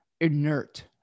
inert